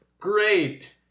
Great